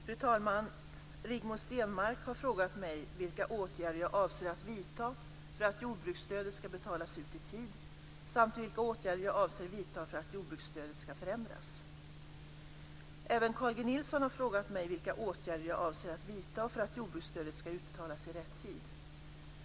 Fru talman! Rigmor Stenmark har frågat mig vilka åtgärder jag avser att vidta för att jordbruksstödet ska betalas ut i tid samt vilka åtgärder jag avser vidta för att jordbruksstödet ska förändras. Även Carl G Nilsson har frågat mig vilka åtgärder jag avser att vidta för att jordbruksstödet ska utbetalas i rätt tid.